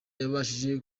yabashije